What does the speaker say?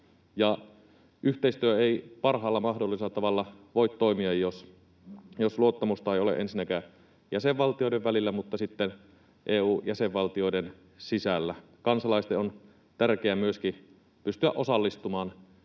yhteistyö ei parhaalla mahdollisella tavalla voi toimia, jos luottamusta ei ole ensinnäkään jäsenvaltioiden välillä mutta sitten EU-jäsenvaltioiden sisällä. Kansalaisten on tärkeää myöskin pystyä osallistumaan